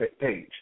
page